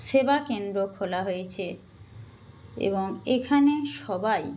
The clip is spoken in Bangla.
সেবাকেন্দ্র খোলা হয়েছে এবং এখানে সবাই